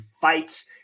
fights